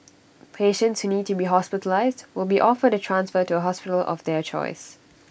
patients who need to be hospitalised will be offered A transfer to A hospital of their choice